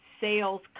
sales